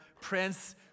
Prince